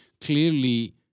clearly